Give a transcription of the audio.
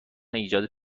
ایجاد